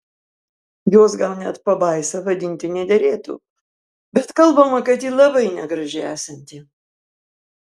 jos gal net pabaisa vadinti nederėtų bet kalbama kad ji labai negraži esanti